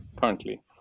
currently